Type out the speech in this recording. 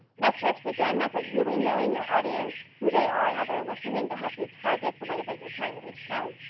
metrics again, that's like really knowing your audience who they are, how they're listening to help you target the way that you're trying to reach them.